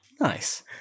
Nice